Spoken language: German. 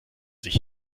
sich